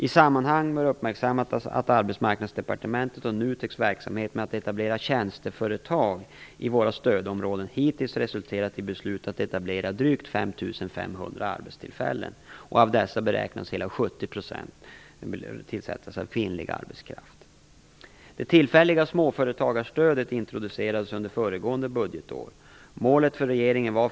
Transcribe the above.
I sammanhanget bör uppmärksammas att Arbetsmarknadsdepartementets och NUTEK:s verksamhet med att etablera tjänsteföretag i våra stödområden hittills har resulterat i beslut att etablera drygt 5 500 arbetstillfällen. Av dessa beräknas hela 70 % ha blivit tillsatta med kvinnlig arbetskraft.